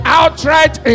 outright